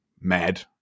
mad